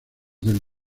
del